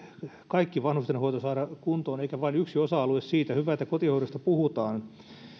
kaikki vanhustenhoito saada kuntoon eikä vain yksi osa alue siitä hyvä että kotihoidosta puhutaan